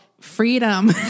freedom